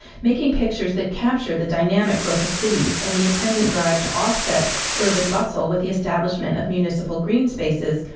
making pictures that captured the dynamic growth of cities and the attendant drive to offset urban bustle with the establishment of municipal green spaces,